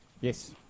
Yes